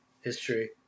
history